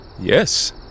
Yes